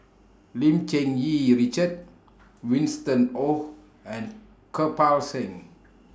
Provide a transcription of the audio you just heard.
Lim Cherng Yih Richard Winston Oh and Kirpal Singh